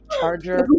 Charger